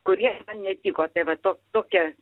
kurie netiko tai va tok tokia